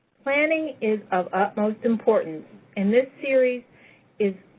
planning is of utmost importance and this series is